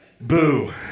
Boo